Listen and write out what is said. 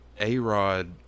A-Rod